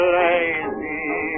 lazy